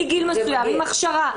מגיל מסוים עם הכשרה,